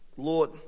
Lord